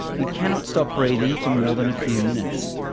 we cannot stop breathing for more than a few minutes.